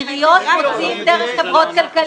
עיריות מוציאות דרך חברות כלכליות.